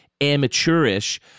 amateurish